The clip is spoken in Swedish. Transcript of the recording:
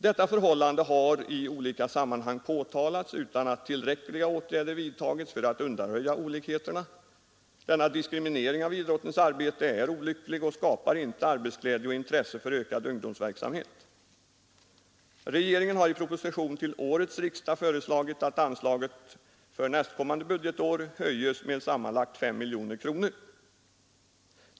Detta förhållande har i olika sammanhang påtalats utan att tillräckliga åtgärder vidtagits för att undanröja Denna diskriminering av idrottens arbete är olycklig och skapar inte Torsdagen den arbetsglädje och intresse för ökad ungdomsverksamhet. 29 mars 1973 Regeringen har i proposition till årets riksdag förslagit att anslaget för nästkommande budgetår höjes med sammanlagt 5 miljoner kronor.